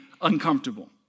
uncomfortable